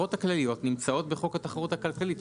ההגדרות הכלליות נמצאות בחוק התחרות הכלכלית.